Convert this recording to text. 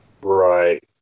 Right